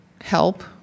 help